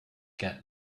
get